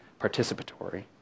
participatory